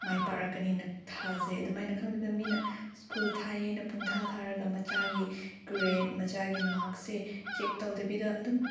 ꯃꯥꯏ ꯄꯥꯛꯂꯛꯀꯅꯤꯅ ꯊꯥꯖꯩ ꯑꯗꯨꯃꯥꯏꯅ ꯈꯪꯗꯕꯤꯗ ꯃꯤꯅ ꯁ꯭ꯀꯨꯜ ꯊꯥꯏꯌꯦꯅ ꯄꯨꯡꯊꯥ ꯊꯥꯔꯒ ꯃꯆꯥꯒꯤ ꯒ꯭ꯔꯦꯠ ꯃꯆꯥꯒꯤ ꯃꯥꯔꯛꯁꯦ ꯆꯦꯛ ꯇꯧꯗꯕꯤꯗ ꯑꯗꯨꯝ